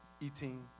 eating